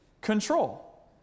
control